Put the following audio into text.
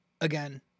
Again